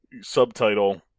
subtitle